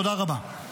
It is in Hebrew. תודה רבה.